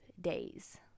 days